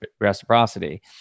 reciprocity